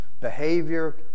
behavior